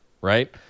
right